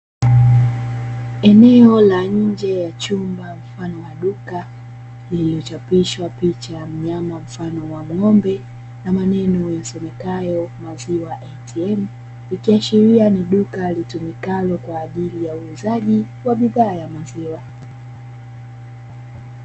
Eneo la nje ya chumba mfano waduka lililochapishwa picha ya mnyama, mfano wa ng'ombe na maneno yasomekayo " Maziwa ya ATM" ikiashiria nin duka litumikalo kwaajili ya uuzaji wa bidhaa ya maziwa.